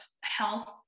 health